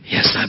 Yes